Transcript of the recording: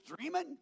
dreaming